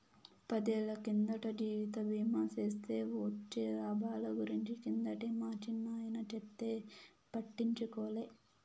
పదేళ్ళ కిందట జీవిత బీమా సేస్తే వొచ్చే లాబాల గురించి కిందటే మా చిన్నాయన చెప్తే పట్టించుకోలే